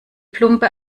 plumpe